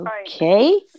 okay